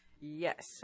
Yes